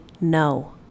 no